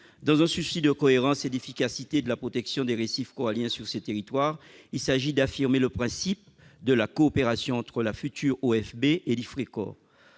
Dans un souci de cohérence et d'efficacité de la protection des récifs coralliens sur ces territoires, il s'agit d'affirmer le principe de la coopération entre la future OFB et l'Ifrecor.